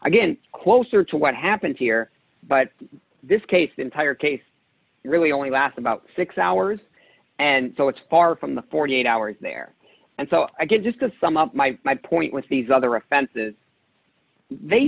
again closer to what happened here but this case the entire case really only last about six hours and so it's far from the forty eight hours there and so again just to sum up my point with these other offenses they